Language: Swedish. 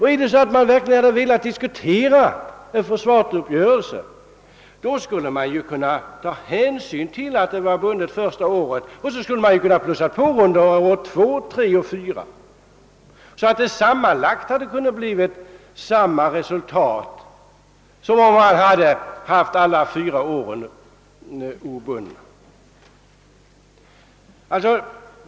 Hade man verkligen velat diskutera försvarsuppgörelsen skulle man ha kunnat ta hänsyn till att kostnaderna var bundna år 1 och lägga på ytterligare under åren 2, 3 och 4, så att resultatet sammanlagt hade blivit detsamma som om alla de fyra åren hade varit obundna.